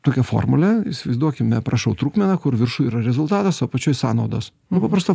tokią formulę įsivaizduokime parašau trupmeną kur viršuj yra rezultatas o apačioj sąnaudos nu paprasta